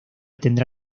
tendrá